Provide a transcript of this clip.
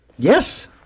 Yes